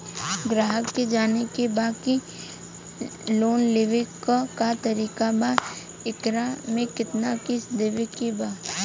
ग्राहक के जाने के बा की की लोन लेवे क का तरीका बा एकरा में कितना किस्त देवे के बा?